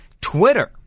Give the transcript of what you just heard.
Twitter